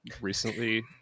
Recently